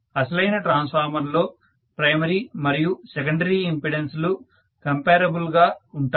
అసలైన ట్రాన్స్ఫార్మర్ లో ప్రైమరీ మరియు సెకండరీ ఇంపెడన్స్ లు కంపేరబుల్ గా ఉంటాయి